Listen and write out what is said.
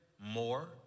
more